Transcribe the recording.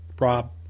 Rob